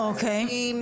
כבשים,